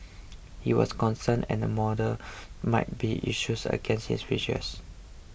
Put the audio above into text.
he was concerned an order might be issued against his wishes